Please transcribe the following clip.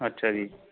ਅੱਛਾ ਜੀ